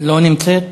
לא נמצאת.